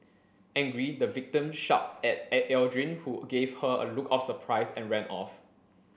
angry the victim shout at Aldrin who gave her a look of surprise and ran off